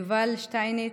יובל שטייניץ,